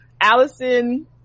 allison